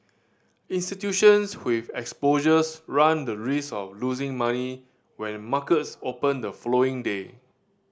institutions with exposures run the risk of losing money when markets open the following day